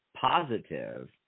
positive